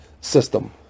system